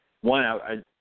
one –